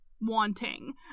wanting